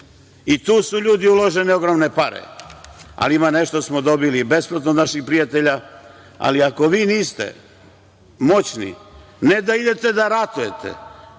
i tu su, ljudi, uložene ogromne pare. Nešto smo dobili i besplatno od naših prijatelja. Ako niste moćni, ne da idete da ratujete,